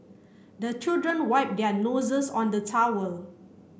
the children wipe their noses on the towel